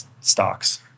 stocks